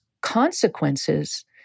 consequences